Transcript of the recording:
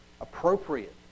appropriate